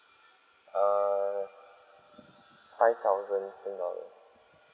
err s~ five thousand sing~ dollars